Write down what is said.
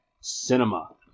cinema